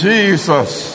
Jesus